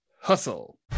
hustle